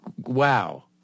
wow